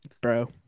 bro